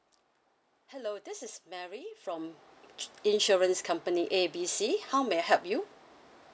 hello this is mary from insurance company A B C how may I help you